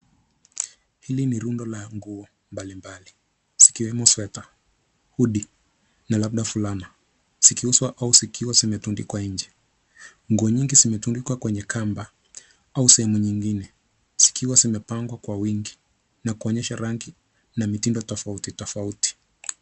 Hili ni rundu ya nguo mbali mbali zikiwemo sweta, hudi na labda vulana zikiuswa au zikiwa zimetundikwa nje. Nguo nyingi zimetundikwa kwenye kamba au sehemu nyingine, zikiwa zimepangwa kwa wingi nakuonyesha rangi na mitindo tafauti tafauti.